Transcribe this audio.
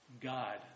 God